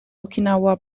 okinawa